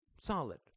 Solid